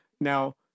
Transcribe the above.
now